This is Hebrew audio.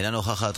אינה נוכחת.